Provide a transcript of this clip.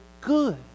good